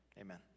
amen